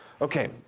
okay